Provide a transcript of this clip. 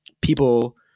people